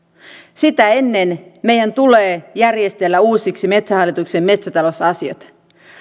sitä ennen meidän tulee järjestellä uusiksi metsähallituksen metsätalousasiat